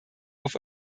auf